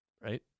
Right